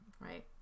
Right